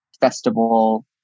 festival